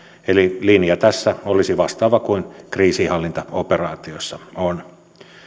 eli linja tässä olisi vastaava kuin kriisinhallintaoperaatioissa on